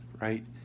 right